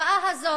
ההקפאה הזאת,